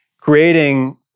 creating